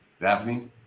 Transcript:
Daphne